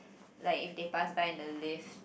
like if they pass by in the lift